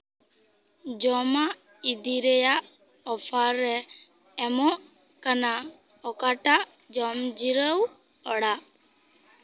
ᱡᱚᱢᱟᱜ ᱤᱫᱤᱭ ᱨᱮᱭᱟᱜ ᱚᱯᱷᱟᱨᱮ ᱮᱢᱚᱜ ᱠᱟᱱᱟ ᱚᱠᱟᱴᱟᱜ ᱡᱚᱢ ᱡᱤᱨᱟᱹᱣ ᱚᱲᱟᱜ